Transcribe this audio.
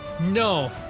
no